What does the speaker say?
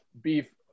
Beef